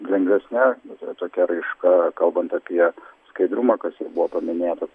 lengvesne yra tokia raiška kalbant apie skaidrumą kas ir buvo paminėt tai